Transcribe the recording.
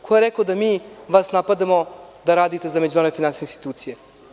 Ko je rekao da mi vas napadamo da radite za međunarodne finansijske institucije?